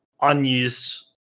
unused